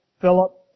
Philip